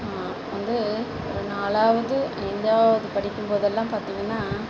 வந்து ஒரு நாலாவது ஐந்தாவது படிக்கும் போதெல்லாம் பார்த்திங்கன்னா